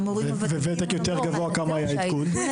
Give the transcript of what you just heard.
למורים הוותיקים או למורים החדשים.